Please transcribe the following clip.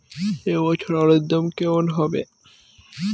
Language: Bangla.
এ বছর আলুর দাম কেমন হবে?